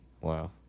Wow